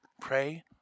Pray